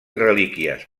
relíquies